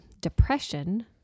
depression